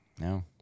no